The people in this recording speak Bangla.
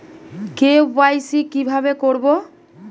কে.ওয়াই.সি কিভাবে করব?